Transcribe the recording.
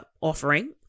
offering